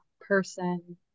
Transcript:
person